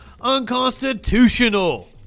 unconstitutional